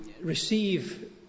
receive